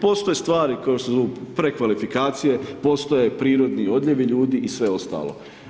Postoje stvari koje se zovu prekvalifikacije, postoje prirodni odljevi ljudi i sve ostalo.